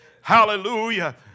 Hallelujah